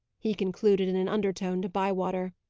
he concluded, in an undertone, to bywater.